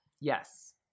Yes